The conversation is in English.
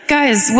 Guys